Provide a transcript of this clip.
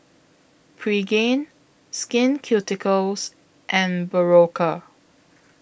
Pregain Skin Ceuticals and Berocca